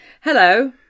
Hello